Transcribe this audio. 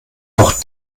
auch